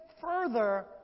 further